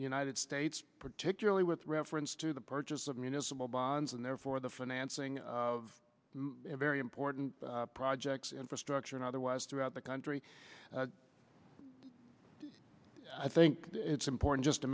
united states particularly with reference to the purchase of municipal bonds and therefore the financing of very important projects infrastructure and otherwise throughout the country i think it's important just to